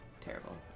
terrible